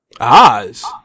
Oz